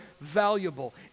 valuable